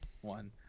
one